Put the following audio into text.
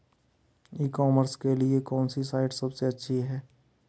ई commerce के लिए कौनसी साइट सबसे अच्छी है?